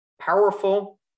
powerful